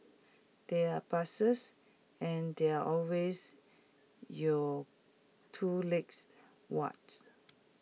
there are buses and there are always your two legs what's